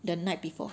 the night before